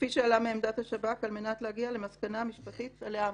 כפי שעלה מעמדת השב"כ על מנת להגיע למסקנה משפטית עליה עמדתי.